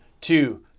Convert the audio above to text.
two